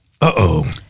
Uh-oh